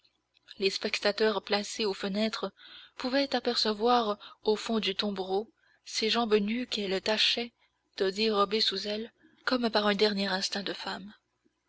les spectateurs placés aux fenêtres pouvaient apercevoir au fond du tombereau ses jambes nues qu'elle tâchait de dérober sous elle comme par un dernier instinct de femme